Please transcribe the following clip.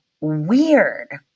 weird